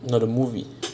no the movie